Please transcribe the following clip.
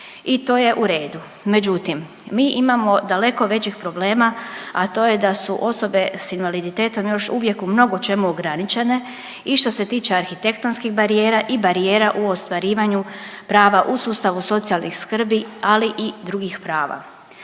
I to je u redu. Međutim, mi imamo daleko većih problema, a to je da su osobe s invaliditetom još uvijek u mnogo čemu ograničene i što se tiče arhitektonskih barijera i barijera u ostvarivanju prava u sustavu socijalne skrbi, ali i drugih prava.